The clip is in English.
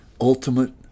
ultimate